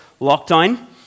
lockdown